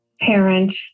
parent